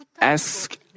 Ask